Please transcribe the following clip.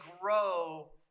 grow